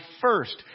first